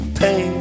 pay